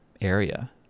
area